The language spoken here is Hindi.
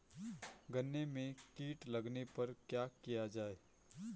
गन्ने में कीट लगने पर क्या किया जाये?